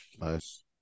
Nice